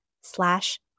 slash